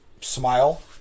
Smile